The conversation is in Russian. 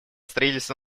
строительство